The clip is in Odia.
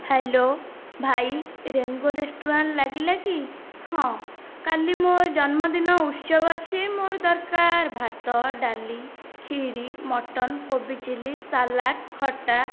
ହ୍ୟାଲୋ ଭାଇ ରେନବୋ ରେସ୍ତୋରାଁ ଲାଗିଲା କି ହଁ କାଲି ମୋ ଜନ୍ମଦିନ ଉତ୍ସବ ଅଛି ମୋର ଦରକାର ଭାତ ଡାଲି ଖିରି ମଟନ କୋବି ଚିଲି ସାଲାଡ଼ ଖଟା